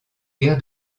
guerres